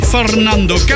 Fernando